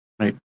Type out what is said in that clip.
right